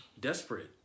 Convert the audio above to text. desperate